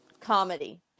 comedy